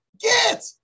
Get